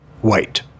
White